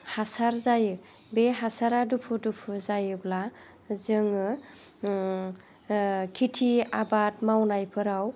हासार जायो बे हासारा दुफु दुफु जायोब्ला जोङो खिथि आबाद मावनायफोराव